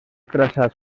traçat